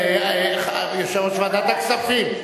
יושב-ראש ועדת הכספים,